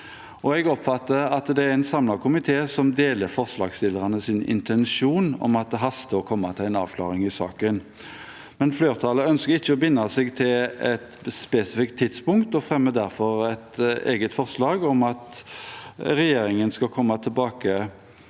Jeg oppfatter at det er en samlet komité som deler forslagsstillernes intensjon om at det haster med å komme til en avklaring i saken. Men flertallet ønsker ikke å binde seg til et spesifikt tidspunkt og fremmer derfor et eget forslag om at regjeringen skal følge